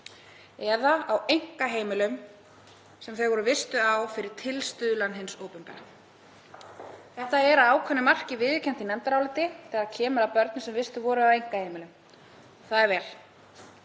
eða á einkaheimilum sem þau voru vistuð á fyrir tilstuðlan hins opinbera. Þetta er að ákveðnu marki viðurkennt í nefndaráliti þegar kemur að börnum sem vistuð voru á einkaheimilum. Það er vel.